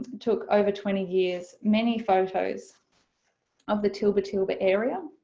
took over twenty years, many photos of the tilba tilba area